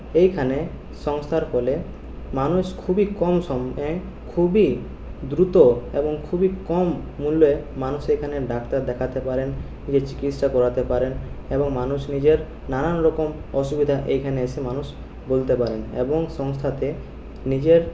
এইখানে সংস্থার ফলে মানুষ খুবই কম খুবই দ্রুত এবং খুবই কম মূল্যে মানুষ এখানে ডাক্তার দেখাতে পারেন নিজের চিকিৎসা করাতে পারেন এবং মানুষ নিজের নানানরকম অসুবিধা এইখানে এসে মানুষ বলতে পারেন এবং সংস্থাতে নিজের